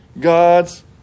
God's